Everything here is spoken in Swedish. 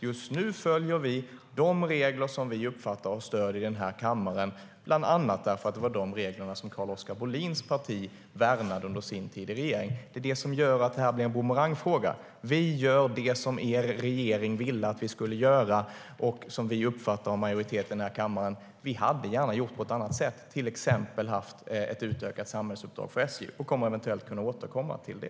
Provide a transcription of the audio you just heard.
Just nu följer vi de regler vi uppfattar har stöd i den här kammaren, bland annat därför att det är de regler som Carl-Oskar Bohlins parti värnade under sin tid i regeringen. Det är det som gör att det här blir en bumerangfråga - vi gör det er regering ville att vi skulle göra och som vi uppfattar att majoriteten i den här kammaren vill. Vi hade gärna gjort på ett annat sätt, till exempel haft ett utökat samhällsuppdrag för SJ, och kommer eventuellt att kunna återkomma till det.